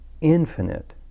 infinite